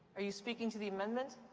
are you speaking to the amendment?